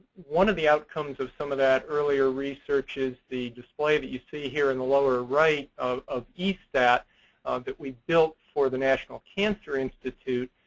one of the outcomes of some of that earlier research is the display that you see here in the lower right of of estat that we built for the national cancer institute.